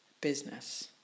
business